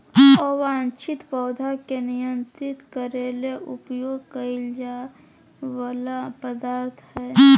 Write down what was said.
अवांछित पौधा के नियंत्रित करे ले उपयोग कइल जा वला पदार्थ हइ